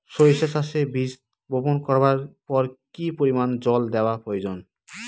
সরিষা চাষে বীজ বপন করবার পর কি পরিমাণ জল দেওয়া প্রয়োজন?